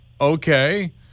okay